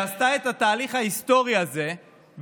שעשתה את התהליך ההיסטורי הזה,